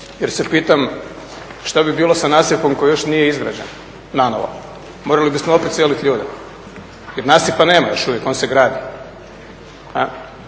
jer se pitam što bi bilo sa nasipom koji još nije izgrađen nanovo. Morali bismo opet seliti ljude jer nasipa nema još uvijek, on se gradi.